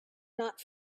not